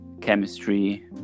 chemistry